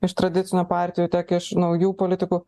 iš tradicinių partijų tiek iš naujų politikų